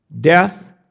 Death